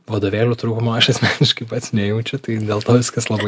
vadovėlių trūkumo aš asmeniškai pats nejaučiu tai dėl to viskas labai